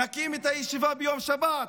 נקיים את הישיבה ביום שבת.